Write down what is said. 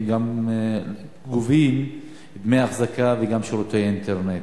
הם גם גובים דמי אחזקה וגם שירותי אינטרנט.